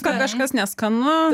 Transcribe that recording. kad kažkas neskanu